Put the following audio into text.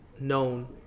known